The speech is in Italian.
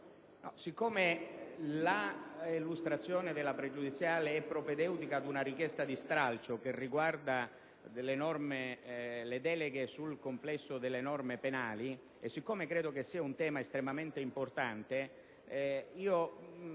Siccome l'illustrazione della questione pregiudiziale è propedeutica ad una richiesta di stralcio riguardante le deleghe sul complesso delle norme penali, e siccome credo sia un tema estremamente importante, mi